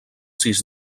sis